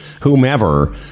whomever